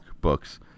books